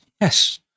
Yes